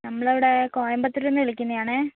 നമ്മളിവിടെ കോയമ്പത്തൂരിൽ നിന്ന് വിളിക്കുന്നതാണേ